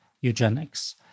eugenics